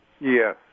Yes